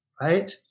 right